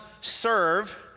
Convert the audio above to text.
serve